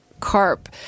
CARP